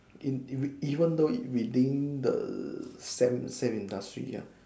in week even though within the same same industry ya